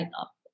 up